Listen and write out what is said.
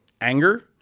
anger